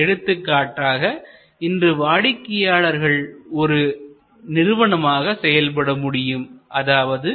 எடுத்துக்காட்டாக இன்று வாடிக்கையாளர்கள் ஒரு நிறுவனமாக செயல்படமுடியும் அதாவது